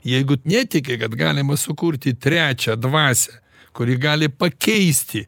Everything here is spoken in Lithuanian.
jeigu netiki kad galima sukurti trečią dvasią kuri gali pakeisti